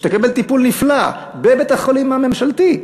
שתקבל טיפול נפלא בבית-החולים הממשלתי,